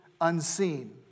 unseen